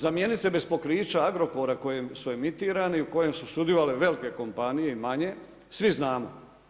Za mjenice bez pokrića Agrokora kojem su emitirani, u kojem su sudjelovale velike kompanije i manje, svi znamo.